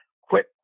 quit